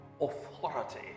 authority